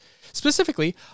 Specifically